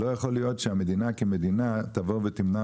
לא יכול שהמדינה כמדינה תבוא ותמנע